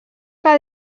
que